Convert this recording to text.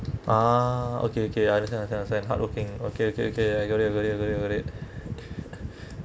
ah okay okay I understand I understand hardworking okay okay okay I got it I got it I got it I got it